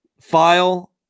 file